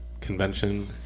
convention